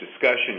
discussion